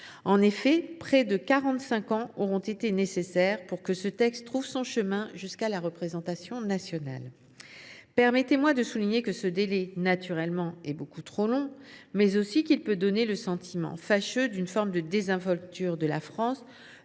En effet, près de quarante cinq ans auront été nécessaires pour que ce texte trouve son chemin jusqu’à la représentation nationale. Permettez moi de souligner que ce délai est naturellement beaucoup trop long, mais aussi qu’il peut donner le sentiment fâcheux d’une forme de désinvolture de la France